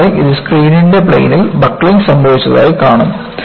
കൂടാതെ ഇത് സ്ക്രീനിന്റെ പ്ലെയിനിൽ ബക്ക്ലിംഗ് സംഭവിച്ചതായി കാണുന്നു